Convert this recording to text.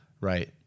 Right